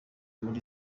muri